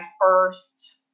first